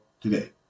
Today